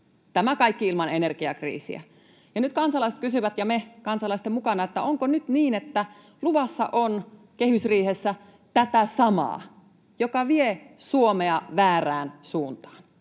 tämä kaikki ilman energiakriisiä. Ja nyt kansalaiset kysyvät ja me kansalaisten mukana, että onko nyt niin, että luvassa on kehysriihessä tätä samaa, joka vie Suomea väärään suuntaan?